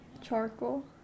Charcoal